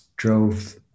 Drove